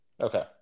Okay